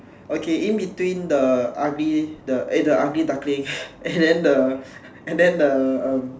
okay in between the ugly the eh the ugly duckling and then the and then the uh